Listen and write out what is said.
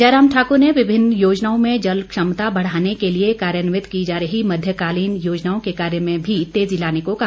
जयराम ठाकुर ने विभिन्न योजनाओं में जल क्षमता बढ़ाने के लिए कार्यान्वित की जा रही मध्यकालीन योजनाओं के कार्य में भी तेजी लाने को कहा